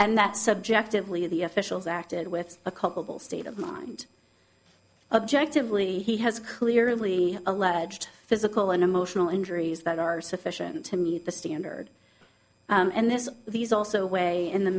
and that subjectively the officials acted with a culpable state of mind objectively he has clearly alleged physical and emotional injuries that are sufficient to meet the standard and this these also weigh in the